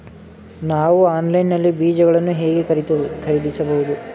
ನಾವು ಆನ್ಲೈನ್ ನಲ್ಲಿ ಬೀಜಗಳನ್ನು ಹೇಗೆ ಖರೀದಿಸಬಹುದು?